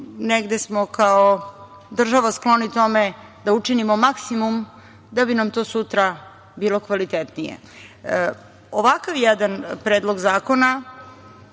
negde smo kao država skloni tome da učinimo maksimu da bi nam to sutra bilo kvalitetnije. Ovakav jedan predlog zakona